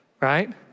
right